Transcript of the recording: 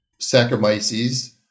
Saccharomyces